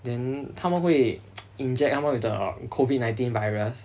then 他们会 inject 他们 with the COVID nineteen virus